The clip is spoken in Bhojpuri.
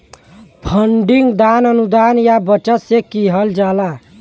फंडिंग दान, अनुदान या बचत से किहल जाला